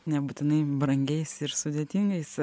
nebūtinai brangiais ir sudėtingais